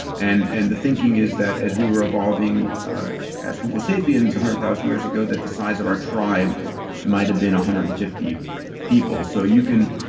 and and the thinking is that, as we were evolving as homo sapiens hundred thousand years ago, that the size of our tribe might have been one hundred and fifty people. so you can,